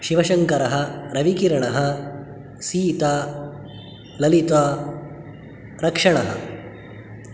शिवशङ्करः रविकिरणः सीता ललिता रक्षणः